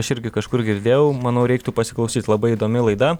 aš irgi kažkur girdėjau manau reiktų pasiklausyt labai įdomi laida